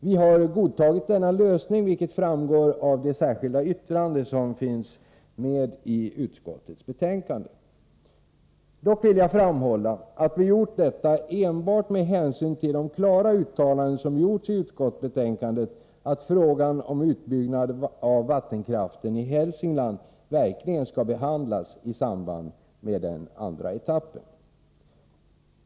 Vi har godtagit denna lösning, vilket framgår av det särskilda yttrande som finns med i utskottets betänkande. Dock vill jag framhålla att vi har gjort detta enbart med hänsyn till de klara uttalanden som gjorts i utskottsbetänkandet att frågan om utbyggnad av vattenkraften i Hälsingland verkligen skall behandlas i samband med den andra etappen.